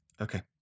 okay